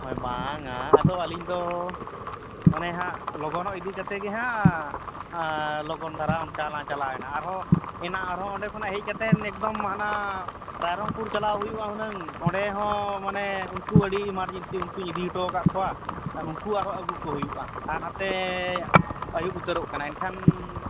ᱦᱚᱭ ᱵᱟᱝᱟ ᱟᱫᱚ ᱟᱹᱞᱤᱧᱫᱚ ᱚᱱᱮᱦᱟᱜ ᱞᱚᱜᱚᱱ ᱤᱫᱤ ᱠᱟᱛᱮᱫᱜᱮ ᱦᱟᱜ ᱞᱚᱜᱚᱱ ᱫᱷᱟᱨᱟ ᱚᱱᱠᱟᱞᱟᱝ ᱪᱟᱞᱟᱜᱣᱮᱱᱟ ᱟᱨᱦᱚᱸ ᱮᱱᱟᱱ ᱟᱨᱦᱚᱸ ᱚᱸᱰᱮ ᱠᱷᱚᱱᱟᱜ ᱦᱮᱡ ᱠᱟᱛᱮᱱ ᱮᱠᱫᱚᱢ ᱦᱟᱱᱟ ᱨᱟᱭᱨᱚᱝᱯᱩᱨ ᱪᱟᱞᱟᱜ ᱦᱩᱭᱩᱜᱼᱟ ᱦᱩᱱᱟᱹᱝ ᱚᱸᱰᱮᱦᱚᱸ ᱢᱟᱱᱮ ᱩᱱᱠᱚ ᱟᱹᱰᱤ ᱮᱢᱟᱨᱡᱮᱱᱥᱤ ᱩᱱᱠᱚᱧ ᱤᱫᱤᱦᱚᱴᱚᱣ ᱟᱠᱟᱫ ᱠᱚᱣᱟ ᱩᱱᱠᱚ ᱟᱨᱦᱚᱸ ᱟᱹᱜᱩᱠᱚ ᱦᱩᱭᱩᱜᱼᱟ ᱟᱨ ᱱᱚᱛᱮ ᱟᱹᱭᱩᱵ ᱩᱛᱟᱹᱨᱚᱜ ᱠᱟᱱᱟ ᱮᱱᱠᱷᱟᱱ